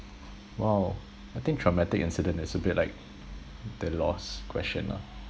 !wow! I think traumatic incident is a bit like the loss question lah